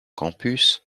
campus